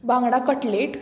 बांगडा कटलेट